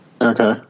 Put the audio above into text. Okay